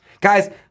Guys